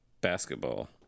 basketball